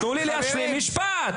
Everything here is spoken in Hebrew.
תנו לי להשלים משפט.